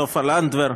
סופה לנדבר,